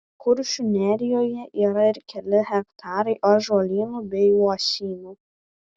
kuršių nerijoje yra ir keli hektarai ąžuolynų bei uosynų